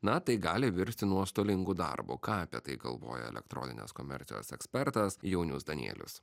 na tai gali virsti nuostolingu darbo ką apie tai galvoja elektroninės komercijos ekspertas jaunius danielius